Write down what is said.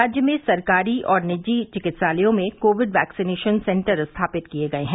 राज्य में सरकारी और निजी चिकित्सालयों में कोविड वैक्सीनेशन सेन्टर स्थापित किये गये हैं